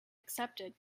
accepted